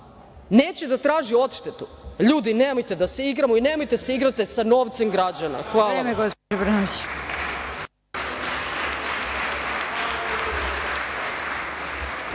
Neće da traži odštetu? Ljudi, nemojte da se igramo i nemojte da se igrate sa novcem građana. Hvala.